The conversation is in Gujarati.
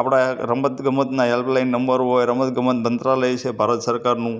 આપણા રમત ગમતના હેલ્પલાઇન નંબર હોય રમત ગમત મંત્રાલય છે ભારત સરકારનું